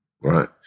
right